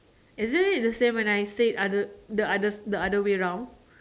is it the same when I said other the other the other way round